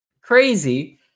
Crazy